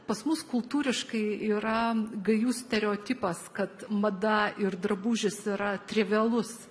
pas mus kultūriškai yra gajus stereotipas kad mada ir drabužis yra trivialus